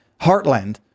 Heartland